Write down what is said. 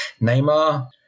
Neymar